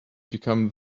become